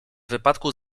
wypadku